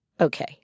Okay